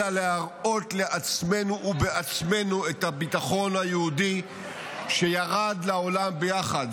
אלא להראות לעצמנו ובעצמנו את הביטחון היהודי שירד לעולם ביחד.